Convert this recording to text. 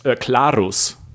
clarus